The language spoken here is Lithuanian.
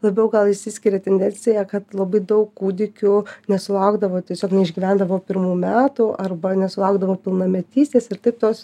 labiau gal išsiskiria tendencija kad labai daug kūdikių nesulaukdavo tiesiog neišgyvendavo pirmų metų arba nesulaukdavo pilnametystės ir taip tos